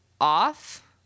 off